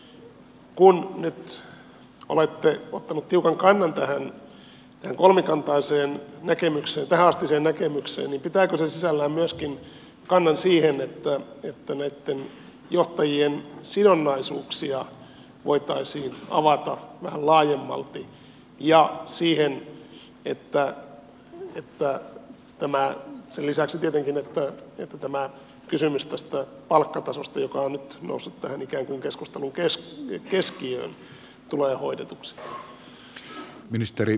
kun nyt olette ottanut tiukan kannan tähän tähänastiseen kolmikantaiseen näkemykseen niin pitääkö se sisällään myöskin kannan siihen että näitten johtajien sidonnaisuuksia voitaisiin avata vähän laajemmalti sen lisäksi tietenkin että tämä kysymys tästä palkkatasosta joka on nyt noussut tähän ikään kuin keskustelun keskiöön tulee hoidetuksi